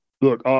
Look